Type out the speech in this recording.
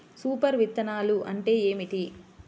Super విత్తనాలు అంటే ఏమిటి?